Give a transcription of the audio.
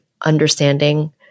understanding